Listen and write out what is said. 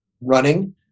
running